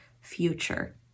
future